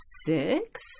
six